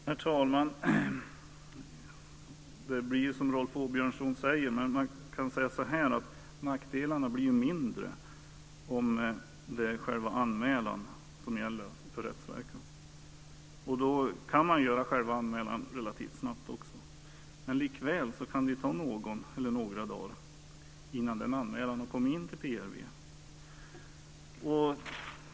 Herr talman! Det blir ju som Rolf Åbjörnsson säger. Men nackdelarna blir mindre om det är själva anmälan som gäller för rättsverkan. Då kan man göra själva anmälan relativt snabbt. Men likväl kan det ta någon eller några dagar innan anmälan har kommit in till PRV.